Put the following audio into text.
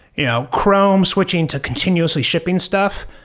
you know chrome switching to continuously shipping stuff,